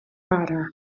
bara